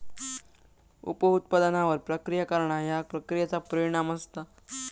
उप उत्पादनांवर प्रक्रिया करणा ह्या प्रक्रियेचा परिणाम असता